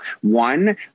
one